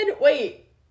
Wait